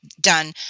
done